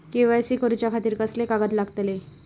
KYC करूच्या खातिर कसले कागद लागतले?